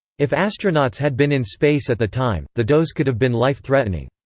if astronauts had been in space at the time, the dose could have been life-threatening.